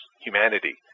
humanity